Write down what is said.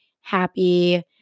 happy